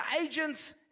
agents